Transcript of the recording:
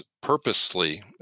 purposely